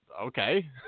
okay